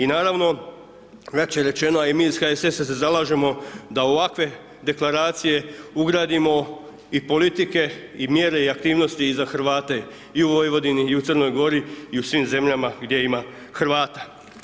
I naravno, već je rečeno i mi iz HSS-a se zalažemo da ovakve deklaracije ugradimo i politike i mjere i aktivnosti i za Hrvate, i u Vojvodini, i u Crnoj Gori i u svim zemljama gdje ima Hrvata.